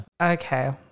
Okay